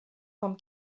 vom